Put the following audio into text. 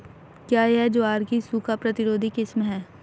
क्या यह ज्वार की सूखा प्रतिरोधी किस्म है?